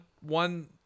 one